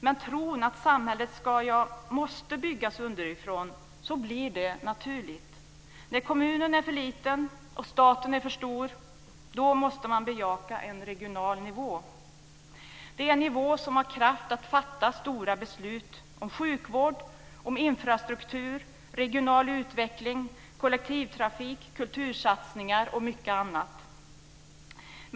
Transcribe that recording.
Med tron att samhället ska, ja, måste byggas underifrån blir detta naturligt. När kommunen är för liten och staten är för stor måste man bejaka en regional nivå. Det är en nivå som har kraft att fatta stora beslut om sjukvård, infrastruktur, regional utveckling, kollektivtrafik, kultursatsningar och mycket annat.